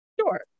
Sure